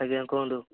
ଆଜ୍ଞା କୁହନ୍ତୁ